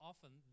Often